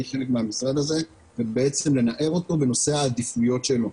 אני חלק מהמשרד הזה ובעצם לנער אותו בנושא העדיפויות שלו.